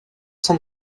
sont